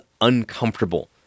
uncomfortable